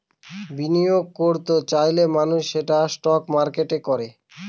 বিনিয়োগ করত চাইলে মানুষ সেটা স্টক মার্কেটে করে